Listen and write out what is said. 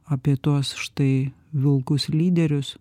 apie tuos štai vilkus lyderius